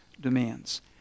demands